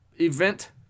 event